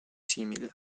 simile